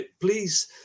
please